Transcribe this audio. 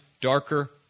darker